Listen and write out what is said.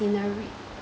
scenery